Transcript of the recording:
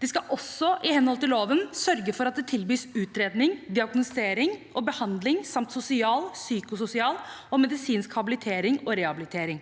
De skal også i henhold til loven sørge for at det tilbys utredning, diagnostisering og behandling samt sosial, psykososial og medisinsk habilitering og rehabilitering.